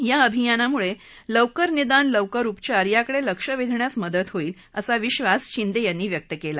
या अभियानामुळे लवकर निदान लवकर उपचार याकडे लक्ष वेधण्यास मदत होईल असा विश्वास शिंदे यांनी व्यक्त केला